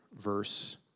verse